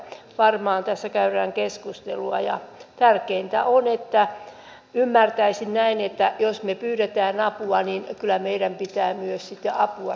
varmaan tässä käydään keskustelua ja tärkeintä on ymmärtäisin näin että jos me pyydämme apua niin kyllä meidän pitää myös sitten apua saada